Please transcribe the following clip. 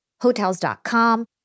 Hotels.com